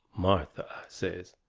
martha, i says,